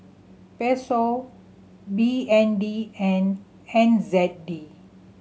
Peso B N D and N Z D